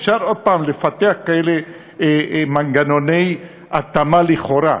אפשר עוד פעם לפתח כאלה מנגנוני התאמה לכאורה,